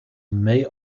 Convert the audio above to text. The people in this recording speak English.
may